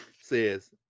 says